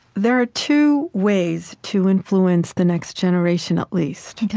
there are two ways to influence the next generation at least.